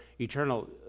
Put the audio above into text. eternal